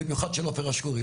במיוחד של עופר אשקורי.